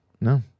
No